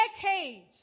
decades